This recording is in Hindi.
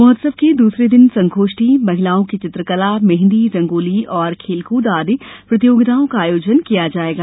महोत्सव के दूसरे दिन संगोष्ठी महिलाओं की चित्रकला मेंहदी रंगोली तथा खेलकूद आदि प्रतियोगिताओं का आयोजन किया जायेगा